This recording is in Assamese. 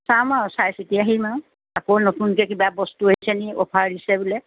চাম আৰু চাই চিতি আহিম আৰু আকৌ নতুনকৈ কিবা বস্তু আহিছে নি অফাৰ দিছে বোলে